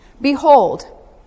behold